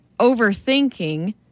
overthinking